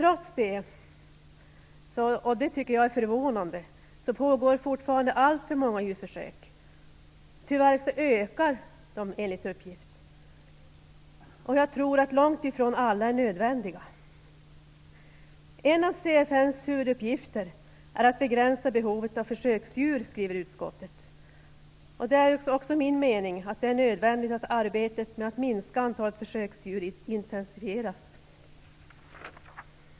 Trots det pågår det fortfarande alltför många djurförsök, vilket jag tycker är förvånande. Tyvärr ökar antalet djurförsök, enligt uppgift, och jag tror att långt ifrån alla är nödvändiga. En av CFN:s huvuduppgifter är att begränsa behovet av försöksdjur, skriver utskottet. Det är också enligt min mening nödvändigt att arbetet med att minska antalet försöksdjur intensifieras.